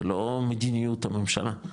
זה לא מדיניות הממשלה,